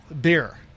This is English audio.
beer